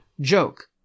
joke